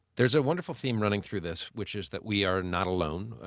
there's a wonderful theme running through this, which is that we are not alone.